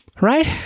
Right